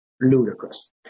ludicrous